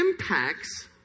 impacts